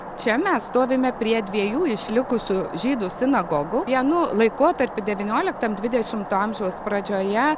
čia mes stovime prie dviejų išlikusių žydų sinagogų vienu laikotarpiu devynioliktam dvidešimo amžiaus pradžioje